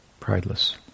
prideless